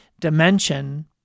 dimension